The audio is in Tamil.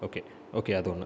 ஓகே ஓகே அது ஒன்று